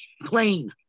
plane